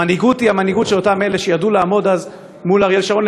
המנהיגות היא המנהיגות של אותם אלה שידעו לעמוד אז מול אריאל שרון.